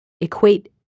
equate